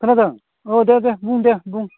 खोनादों औ दे दे बुं दे बुं